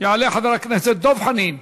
יעלה חבר הכנסת דב חנין,